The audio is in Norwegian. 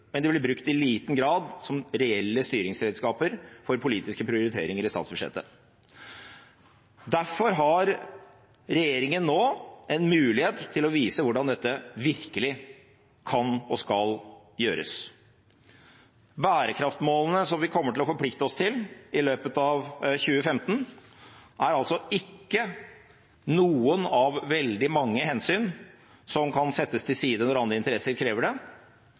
men de ble i liten grad brukt som reelle styringsredskaper for politiske prioriteringer i statsbudsjettet. Derfor har regjeringen nå en mulighet til å vise hvordan dette virkelig kan og skal gjøres. Bærekraftmålene som vi kommer til å forplikte oss til i løpet av 2015, er altså ikke noen av veldig mange hensyn som kan settes til side når andre interesser krever det.